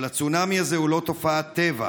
אבל הצונאמי הזה הוא לא תופעת טבע,